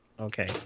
Okay